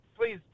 Please